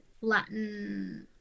Latin